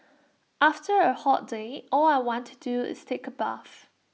after A hot day all I want to do is take A bath